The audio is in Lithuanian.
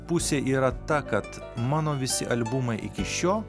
pusė yra ta kad mano visi albumai iki šiol